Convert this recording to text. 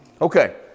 Okay